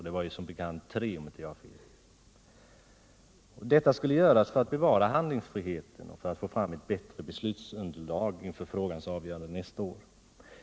Denna åtgärd vidtogs för att bevara handlingsfriheten och för att få fram ett bättre beslutsunderlag inför frågans avgörande nästa år.